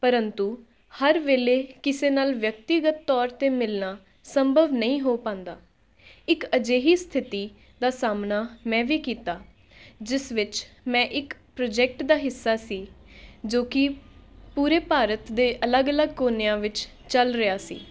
ਪਰੰਤੂ ਹਰ ਵੇਲੇ ਕਿਸੇ ਨਾਲ ਵਿਅਕਤੀਗਤ ਤੌਰ 'ਤੇ ਮਿਲਣਾ ਸੰਭਵ ਨਹੀਂ ਹੋ ਪਾਉਂਦਾ ਇੱਕ ਅਜਿਹੀ ਸਥਿਤੀ ਦਾ ਸਾਹਮਣਾ ਮੈਂ ਵੀ ਕੀਤਾ ਜਿਸ ਵਿੱਚ ਮੈਂ ਇੱਕ ਪ੍ਰੋਜੈਕਟ ਦਾ ਹਿੱਸਾ ਸੀ ਜੋ ਕਿ ਪੂਰੇ ਭਾਰਤ ਦੇ ਅਲੱਗ ਅਲੱਗ ਕੋਨਿਆਂ ਵਿੱਚ ਚੱਲ ਰਿਹਾ ਸੀ